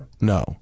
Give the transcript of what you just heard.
No